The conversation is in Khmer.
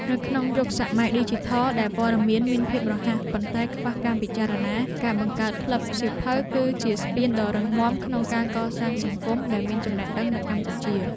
នៅក្នុងយុគសម័យឌីជីថលដែលព័ត៌មានមានភាពរហ័ស ប៉ុន្តែខ្វះការពិចារណា ការបង្កើតក្លឹបសៀវភៅគឺជាស្ពានដ៏រឹងមាំក្នុងការកសាង សង្គមដែលមានចំណេះដឹង នៅកម្ពុជា។